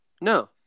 No